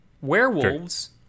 werewolves